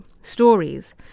stories